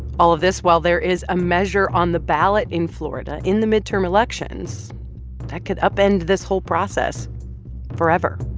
all of this while there is a measure on the ballot in florida in the midterm elections that could upend this whole process forever